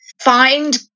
find